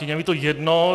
Je mi to jedno.